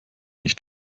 nicht